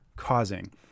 Causing